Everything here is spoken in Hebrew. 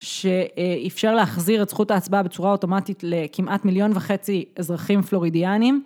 שאיפשר להחזיר את זכות ההצבעה בצורה אוטומטית לכמעט מיליון וחצי אזרחים פלורידיאנים.